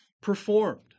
performed